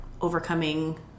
overcoming